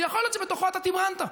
ויכול להיות שבתוכו אתה תמרנת.